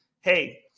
hey